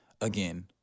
again